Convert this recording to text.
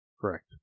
correct